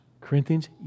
Corinthians